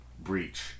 breach